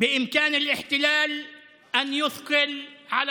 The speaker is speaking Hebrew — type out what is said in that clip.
תודה רבה, אדוני.